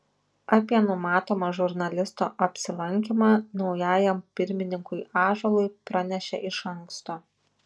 apie numatomą žurnalisto apsilankymą naujajam pirmininkui ąžuolui pranešė iš anksto